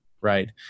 Right